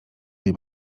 tej